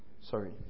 Sorry